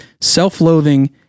Self-loathing